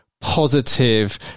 positive